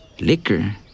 liquor